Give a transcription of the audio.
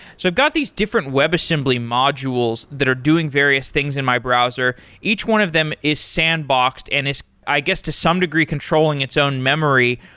so i've got these different webassembly modules that are doing various things in my browser. each one of them is sandboxed and is, i guess, to some degree controlling its own memory.